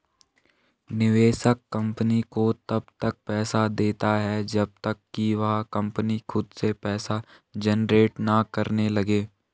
निवेशक कंपनी को तब तक पैसा देता है जब तक कि वह कंपनी खुद से पैसा जनरेट ना करने लगे